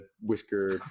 whisker